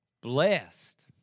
Blessed